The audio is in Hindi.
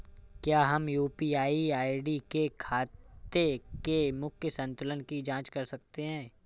क्या हम यू.पी.आई आई.डी से खाते के मूख्य संतुलन की जाँच कर सकते हैं?